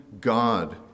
God